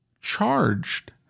charged